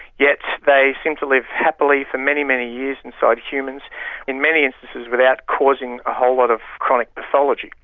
yet they seem to live happily for many, many years inside humans in many instances without causing a whole lot of chronic pathology.